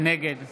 נגד